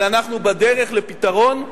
אבל אנחנו בדרך לפתרון,